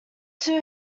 two